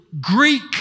Greek